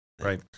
right